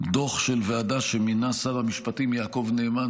דוח של ועדה שמינה שר המשפטים יעקב נאמן,